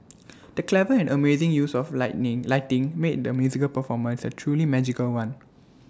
the clever and amazing use of lightning lighting made the musical performance A truly magical one